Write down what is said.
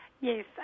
Yes